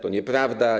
To nieprawda.